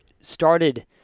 started